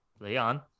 Leon